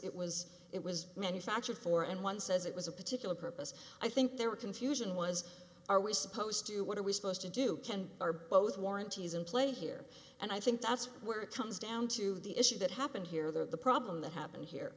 it was it was manufactured for and one says it was a particular purpose i think their confusion was are we supposed to what are we supposed to do can are both warranties in play here and i think that's where it comes down to the issue that happened here the problem that happened here